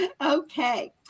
okay